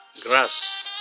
grass